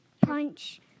Punch